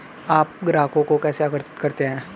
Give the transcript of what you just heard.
आप ग्राहकों को कैसे आकर्षित करते हैं?